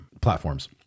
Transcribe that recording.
platforms